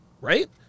right